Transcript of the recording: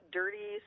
dirty